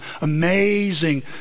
Amazing